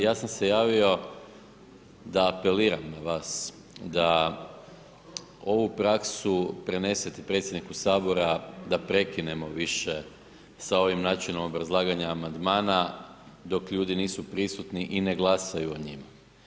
Ja sam se javio da apeliram na vas, da ovu praksu prenesete predsjedniku Sabora, da prekinemo više sa ovim načinom obrazlaganja amandmana, dok ljudi nisu prisutni i ne glasaju o njemu.